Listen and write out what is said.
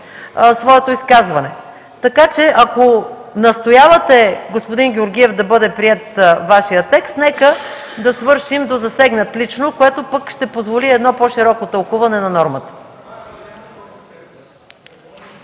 своето изказване. Така че, ако настоявате, господин Георгиев, да бъде приет Вашият текст, нека да свършим до „засегнат лично”, което ще позволи едно по-широко тълкуване на нормата.